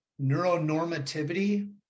neuronormativity